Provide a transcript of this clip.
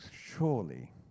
Surely